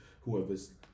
whoever's